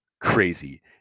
crazy